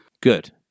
Good